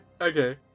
Okay